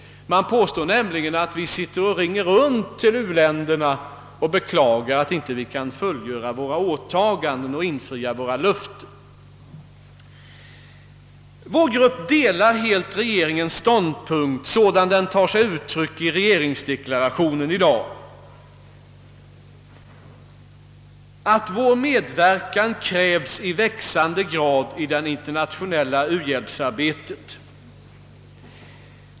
Man påstår sålunda, att vi sitter och ringer runt till u-länderna och beklagar att vi inte kan fullgöra våra åtaganden och infria våra löften till dem. Vår grupp ansluter sig helt till regeringens ståndpunkt, sådan den tar sig uttryck i regeringsdeklarationen i dag, att vår medverkan krävs i växande grad i det internationella u-hjälpsarbetet.